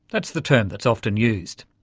that's the term that's often used.